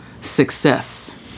Success